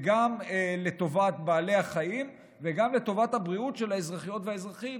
גם לטובת בעלי החיים וגם לטובת הבריאות של האזרחיות והאזרחים,